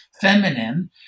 feminine